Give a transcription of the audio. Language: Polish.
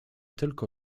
tylko